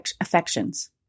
affections